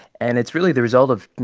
and it's really the result of, you